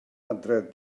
adref